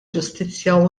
ġustizzja